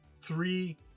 three